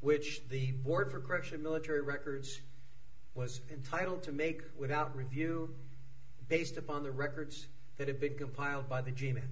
which the board for correction military records was entitled to make without review based upon the records that have been compiled by the